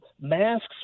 masks